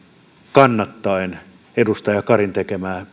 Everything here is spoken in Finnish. kannattaa edustaja karin tekemää